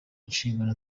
inshingano